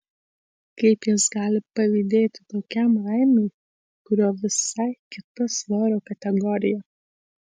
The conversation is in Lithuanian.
kaip jis gali pavydėti tokiam raimiui kurio visai kita svorio kategorija